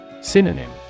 Synonym